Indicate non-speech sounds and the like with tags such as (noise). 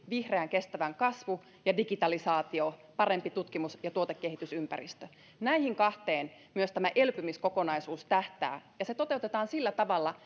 (unintelligible) vihreän kestävän kasvun ja digitalisaation paremman tutkimus ja tuotekehitysympäristön näihin kahteen myös tämä elpymiskokonaisuus tähtää ja se toteutetaan sillä tavalla (unintelligible)